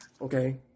okay